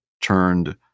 turned